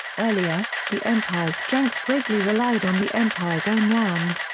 earlier, the empire's strength greatly relied on the empire's own lands,